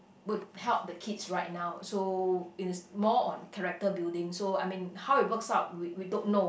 would help the kids right now so it is more on character building so I mean how it works out we we don't know